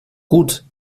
gut